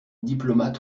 diplomate